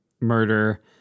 murder